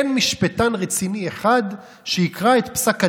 אין משפטן רציני אחד שיקרא את פסק הדין,